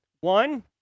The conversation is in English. One